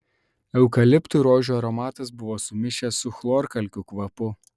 eukaliptų ir rožių aromatas buvo sumišęs su chlorkalkių kvapu